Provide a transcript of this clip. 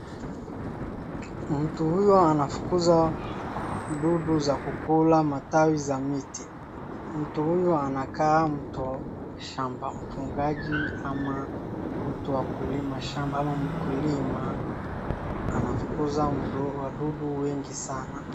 Mtu huyo anafukuza mdudu za kukula matawi za miti. Mtu huyu anakaa shambani mchungaji ama mtu wa kulima shamba ama mkulima. Anafukuza wadudu wengi sana.